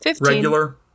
Regular